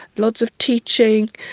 lots of teaching,